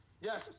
Yes